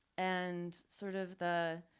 and sort of the,